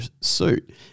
suit